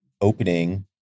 opening